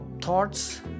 thoughts